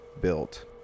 built